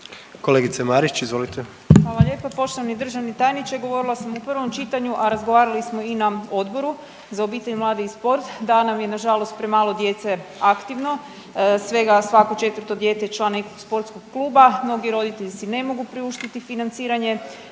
Kolegice Marić izvolite.